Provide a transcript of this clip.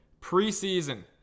Preseason